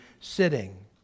sitting